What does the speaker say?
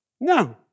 No